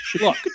look